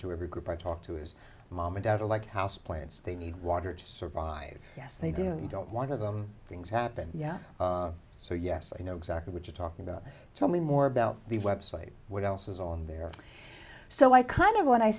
to every group i talk to his mom and dad are like houseplants they need water to survive yes they do you don't want to them things happen so yes i know exactly what you're talking about tell me more about the website what else is on there so i kind of